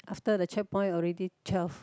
after the checkpoint already twelve